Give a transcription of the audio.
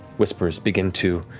whispers begin to